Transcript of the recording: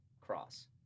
cross